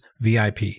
VIP